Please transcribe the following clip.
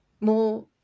more